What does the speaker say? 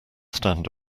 stand